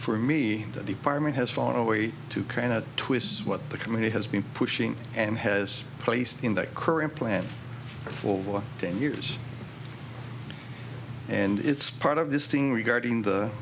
for me that department has found a way to kind of twists what the company has been pushing and has placed in that current plan for ten years and it's part of this thing regarding the